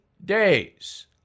days